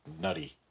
nutty